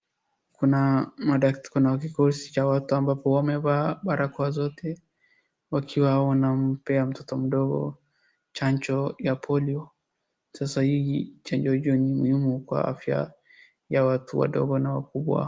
Kuna madak kikosi cha watu ambapo wamevaa barakoa zote wakiwa wanampee mtoto mdogo chanjo ya polio. Sasa hii chanjo hiyo ni muhimu kwa afya ya watu wadogo na wakubwa.